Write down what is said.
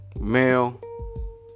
male